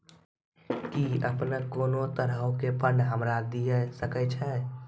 कि अपने कोनो तरहो के फंड हमरा दिये सकै छिये?